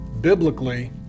biblically